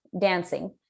dancing